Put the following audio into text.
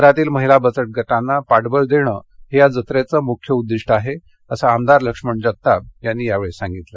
शहरातील महिला बचत गटांना पाठबळ देणं हे या जत्रेचं मुख्य उद्दिष्ट आहे असं आमदार लक्ष्मण जगताप यांनी यावेळी बोलताना सांगितलं